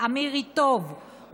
עמיר ריטוב,